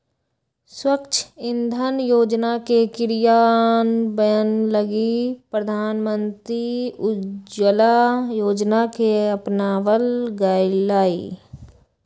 स्वच्छ इंधन योजना के क्रियान्वयन लगी प्रधानमंत्री उज्ज्वला योजना के अपनावल गैलय